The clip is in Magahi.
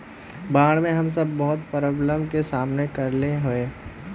बाढ में हम सब बहुत प्रॉब्लम के सामना करे ले होय है?